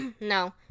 No